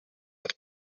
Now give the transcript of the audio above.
with